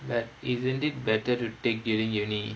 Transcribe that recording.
but isn't it better to take during university